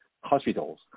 hospitals